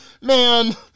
Man